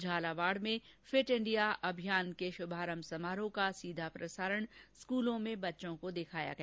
झालावाड़ में fit India अभियान के शुभारंभ समारोह का सीधा प्रसारण स्कूलों में बच्चों को दिखाया गया